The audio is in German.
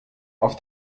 auf